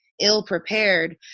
ill-prepared